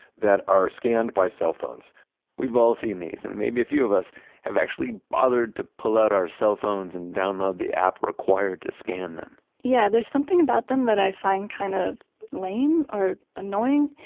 that are scanned by cell phones we've all seen these and maybe a few of us have actually bothered to pull out our cell phones and download the app required to scan them yeah, there's something about them that i find kind of lame or annoying,